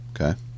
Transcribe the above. Okay